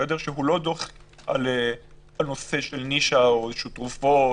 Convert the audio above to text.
שהוא לא דוח על נושא של נישה או איזשהם תרופות.